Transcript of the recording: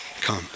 come